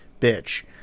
bitch